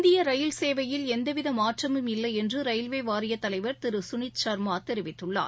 இந்திய ரயில் சேவையில் எந்தவித மாற்றமும் இல்லை என்று ரயில்வே வாரியத் தலைவர் திரு சுனித் ஷர்மா தெரிவித்துள்ளார்